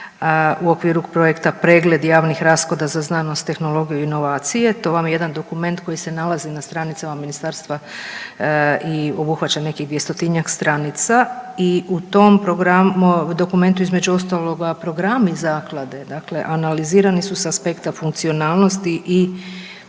u okviru projekta Pregled javnih rashoda za znanost, tehnologiju, inovacije. To vam je jedan dokument koji se nalazi na stranicama ministarstva i obuhvaća nekih 200-tinjak stranica i u tom dokumentu između ostaloga programi zaklade dakle analizirani su s aspekta funkcionalnosti i